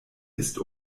ist